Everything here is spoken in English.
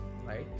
right